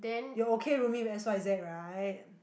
you okay rooming with X_Y_Z right